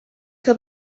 que